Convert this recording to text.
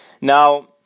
now